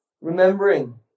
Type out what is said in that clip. remembering